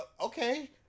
okay